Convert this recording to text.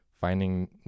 Finding